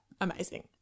Amazing